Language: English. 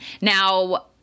Now